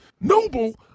noble